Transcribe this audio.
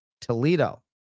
Toledo